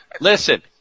Listen